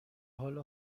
حال